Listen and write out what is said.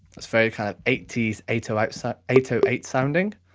that's very kind of eighty s, eight so so eight so eight sounding.